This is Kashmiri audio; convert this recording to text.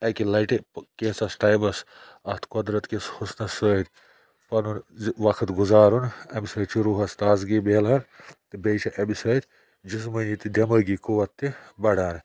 اَکہِ لَٹہِ کیسَس ٹایمَس اَتھ قۄدرَت کِس حُسنَس سۭتۍ پَنُن وقت گُزارُن امہِ سۭتۍ چھُ روٗحَس تازگی ملان تہٕ بیٚیہِ چھِ امہِ سۭتۍ جِسمٲنی تہٕ دٮ۪مٲغی قوت تہِ بَڑان